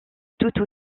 toutes